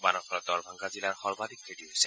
বানৰ ফলত দৰভংগা জিলাৰ সৰ্বাধিক ক্ষতি হৈছে